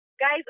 Guys